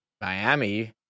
Miami